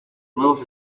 nuevos